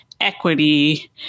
equity